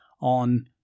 on